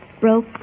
broke